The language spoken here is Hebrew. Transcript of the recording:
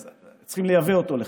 אז צריכים לייבא אותו לכאן.